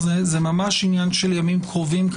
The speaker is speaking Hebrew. זה עניין של ימים קרובים.